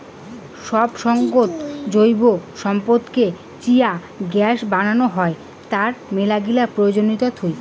সব সঙ্গত জৈব সম্পদকে চিয়ে গ্যাস বানানো হই, তার মেলাগিলা প্রয়োজনীয়তা থুই